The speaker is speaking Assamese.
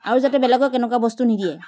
আৰু যাতে বেলেগক এনকুৱা বস্তু নিদিয়ে